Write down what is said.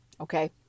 Okay